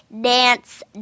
dance